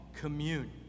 commune